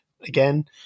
again